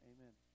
Amen